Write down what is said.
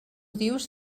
dius